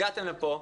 הגעתם לפה,